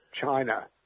China